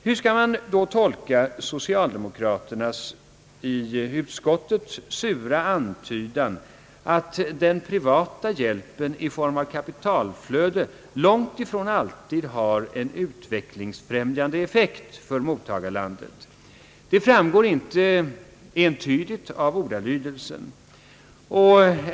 Hur skall man tolka socialdemokraternas sura antydan i utskottet att den privata hjälpen i form av kapitalflöde långt ifrån alltid har en utvecklingsfrämjande effekt för mottagarlandet? Det framgår inte entydigt av ordalydelsen.